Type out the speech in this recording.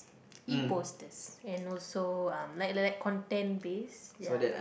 E posters and also uh like like like content base ya